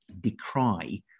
decry